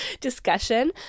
discussion